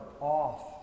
off